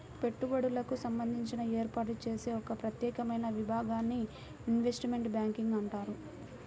పెట్టుబడులకు సంబంధించి ఏర్పాటు చేసే ఒక ప్రత్యేకమైన విభాగాన్ని ఇన్వెస్ట్మెంట్ బ్యాంకింగ్ అంటారు